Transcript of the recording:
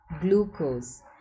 glucose